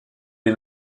est